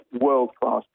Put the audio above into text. world-class